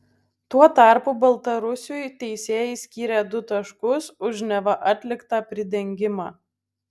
tuo tarpu baltarusiui teisėjai skyrė du taškus už neva atliktą pridengimą